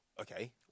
Okay